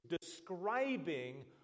describing